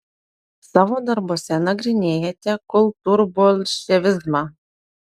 savo darbuose nagrinėjate kultūrbolševizmą